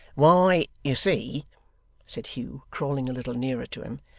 why, you see said hugh, crawling a little nearer to him,